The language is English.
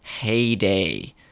heyday